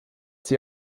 sie